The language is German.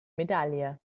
medaille